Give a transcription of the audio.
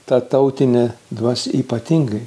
tą tautinę dvasią ypatingai